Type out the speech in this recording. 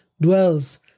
dwells